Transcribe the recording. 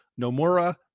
Nomura